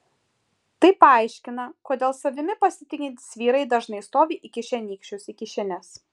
tai paaiškina kodėl savimi pasitikintys vyrai dažnai stovi įkišę nykščius į kišenes